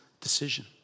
decision